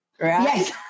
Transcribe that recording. right